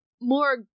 more